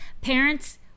parents